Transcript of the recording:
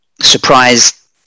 surprise